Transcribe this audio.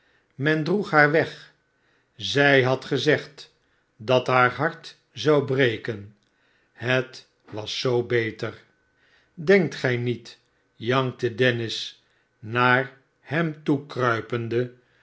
men droeg haar weg zij had gezegd dat haar hart zou breken het was zoo beter denkt gij niet jankte dennis naar hem toekruipende